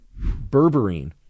Berberine